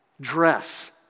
dress